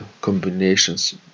combinations